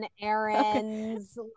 errands